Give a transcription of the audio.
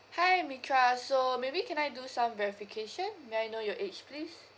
hi mika so maybe can I do some verification may I know your age please